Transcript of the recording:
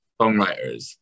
songwriters